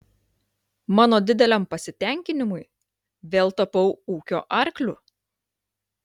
mano dideliam pasitenkinimui vėl tapau ūkio arkliu